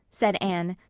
said anne,